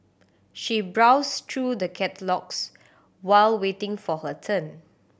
she browsed through the catalogues while waiting for her turn